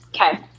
Okay